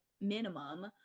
minimum